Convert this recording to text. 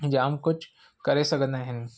जाम कुझु करे सघंदा आहिनि